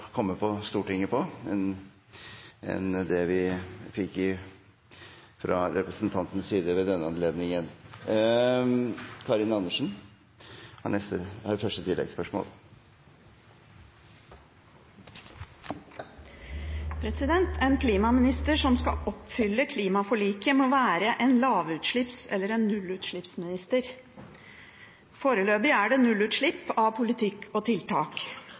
komme til Stortinget på enn det representanten Knag Fylkesnes brukte ved denne anledningen. En klimaminister som skal oppfylle klimaforliket, må være en lavutslipps- eller nullutslippsminister. Foreløpig er det nullutslipp av politikk og tiltak